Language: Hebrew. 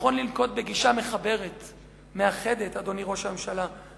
נכון לנקוט גישה מחברת, מאחדת, אדוני ראש הממשלה.